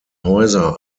häuser